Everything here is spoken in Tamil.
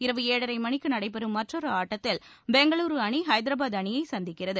இரவு ஏழரை மணிக்கு நடைபெறும் மற்றொரு ஆட்டத்தில் பெங்களூரு அணி ஹைதராபாத் அணியை எதிர்கொள்கிறது